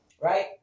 right